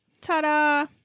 Ta-da